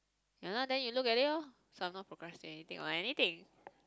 ya lah then you look at it orh so I'm not procrastinating or anything